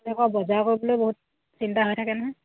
তেনেকুৱা বজাৰ কৰিবলৈ বহুত চিন্তা হৈ থাকে নহয়